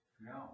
No